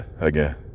again